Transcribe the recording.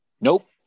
Nope